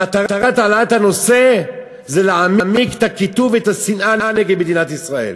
מטרת העלאת הנושא זה להעמיק את הקיטוב ואת השנאה נגד מדינת ישראל,